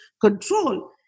control